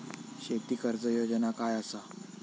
शेती कर्ज योजना काय असा?